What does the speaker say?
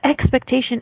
Expectation